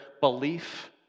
belief